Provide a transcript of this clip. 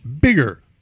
bigger